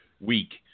week